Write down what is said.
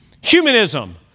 Humanism